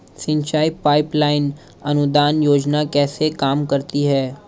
सिंचाई pipeline अनुदान योजना कैसे काम करती है?